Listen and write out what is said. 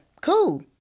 cool